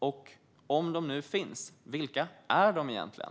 Och om de nu finns, vilka är de egentligen?